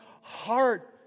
heart